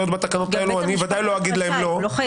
עוד בתקנות האלה אני ודאי לא אגיד להם לא.